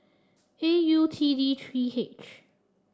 A U T D three H